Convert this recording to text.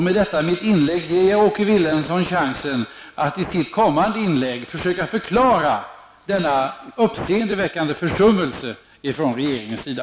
Med detta mitt inlägg ger jag Åke Wictorsson chansen att i sitt kommande inlägg försöka förklara denna uppseendeväckande försummelse från regeringens sida.